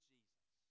Jesus